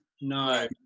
no